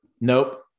Nope